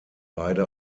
beide